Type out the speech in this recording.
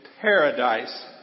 paradise